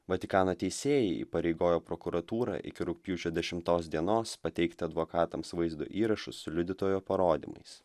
vatikano teisėjai įpareigojo prokuratūrą iki rugpjūčio dešimtos dienos pateikti advokatams vaizdo įrašus su liudytojo parodymais